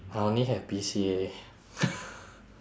I only have B_C_A